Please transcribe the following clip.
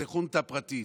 לאיזו חונטה פרטית.